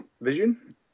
vision